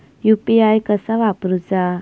UPI कसा वापरूचा?